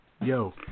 yo